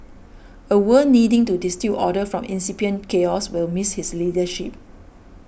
a world needing to distil order from incipient chaos will miss his leadership